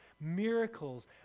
miracles